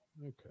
Okay